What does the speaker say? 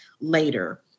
later